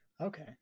okay